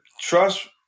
trust